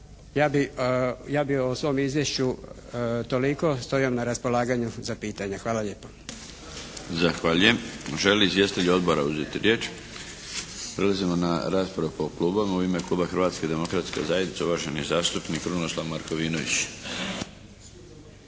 Ja bih o svom izvješću toliko. Stojim vam na raspolaganju za pitanja. Hvala lijepa.